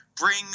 bring